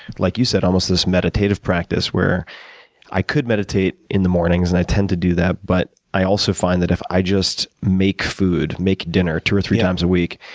like you said, almost this meditative practice, where i could meditate in the mornings, and i tend to do that, but i also find that if i just make food, make dinner, two or three times a week,